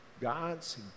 God's